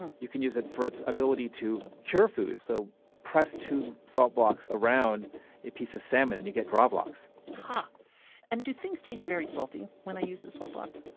and you can use it for its ability to cure food. so press two salt blocks around a piece of salmon and you get gravlax but and do things taste very salty when a salt block?